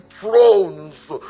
thrones